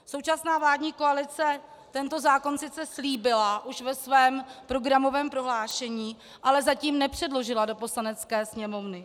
Současná vládní koalice tento zákon sice slíbila už ve svém programovém prohlášení, ale zatím nepředložila do Poslanecké sněmovny.